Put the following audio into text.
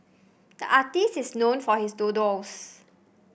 the artist is known for his doodles